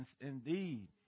Indeed